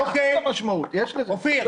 אופיר,